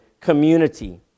community